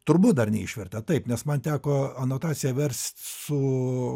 turbūt dar neišvertė taip nes man teko anotaciją verst su